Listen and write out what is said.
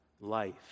life